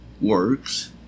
works